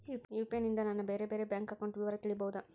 UPI ನಿಂದ ನನ್ನ ಬೇರೆ ಬೇರೆ ಬ್ಯಾಂಕ್ ಅಕೌಂಟ್ ವಿವರ ತಿಳೇಬೋದ?